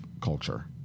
culture